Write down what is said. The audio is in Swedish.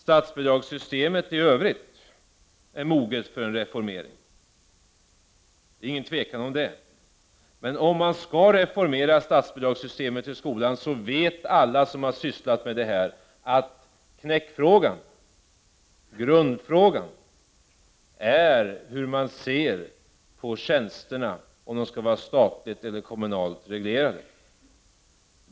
Statsbidragssystemet i övrigt är moget för en reformering — det är inget tvivel om det — men om man skall reformera statsbidragssystemet i skolan vet alla som har sysslat med detta att knäckfrågan, grundfrågan, är hur man ser på tjänsterna, om de skall vara statligt eller kommunalt reglerade.